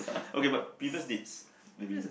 okay but previous needs maybe